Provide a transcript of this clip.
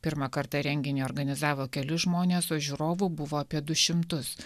pirmą kartą renginį organizavo keli žmones o žiūrovų buvo apie du šimtus